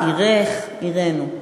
עירךָ, עירךְ, עירנו.